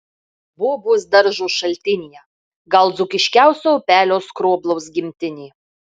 bobos daržo šaltinyje gal dzūkiškiausio upelio skroblaus gimtinė